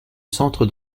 centre